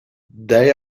they